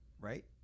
right